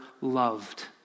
loved